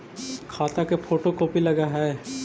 खाता के photocopy लगहै?